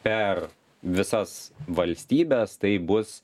per visas valstybes tai bus